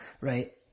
right